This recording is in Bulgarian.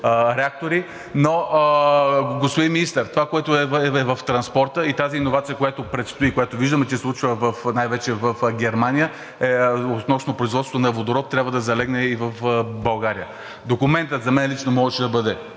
Но, господин Министър, това, което е в транспорта, и тази иновация, която предстои, която виждаме, че се случва най-вече в Германия относно производството на водород, трябва да залегне и в България. Документът, за мен лично, можеше да бъде